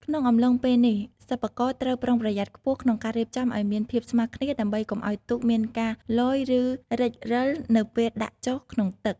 ក្នុងអំឡុងពេលនេះ សិប្បករត្រូវប្រុងប្រយ័ត្នខ្ពស់ក្នុងការរៀបចំឲ្យមានភាពស្មើគ្នាដើម្បីកុំឲ្យទូកមានការលយឬរេចរឹលនៅពេលដាក់ចុះក្នុងទឹក។